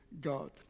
God